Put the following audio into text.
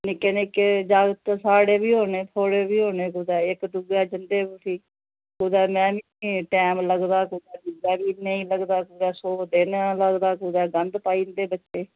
निक्के निक्के जागत साढ़े बी होने थुआढ़े बी होने कुतै इक दुऐ दे जंदे बी उठी कुतै में नेईं टाइम लगदा कुतै तुसें नेईं लगदा कुतै सोत देने दा लगदा कुतै गंद पाई दिंदे बच्चे